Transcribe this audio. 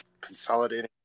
consolidating